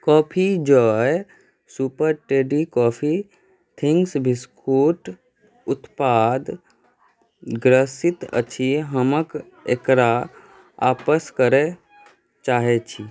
coffee joy super tasty coffee thins biscuit उत्पाद क्षतिग्रस्त अछि हम एकरा आपस करय चाहैत छी